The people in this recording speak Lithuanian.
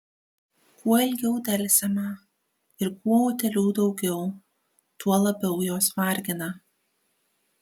kuo ilgiau delsiama ir kuo utėlių daugiau tuo labiau jos vargina